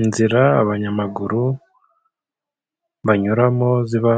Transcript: Inzira abanyamaguru banyuramo, ziba